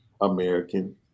American